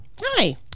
hi